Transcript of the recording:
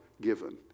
given